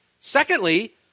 Secondly